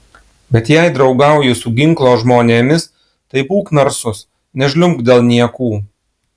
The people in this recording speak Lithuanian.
bet jei draugauji su ginklo žmonėmis tai būk narsus nežliumbk dėl niekų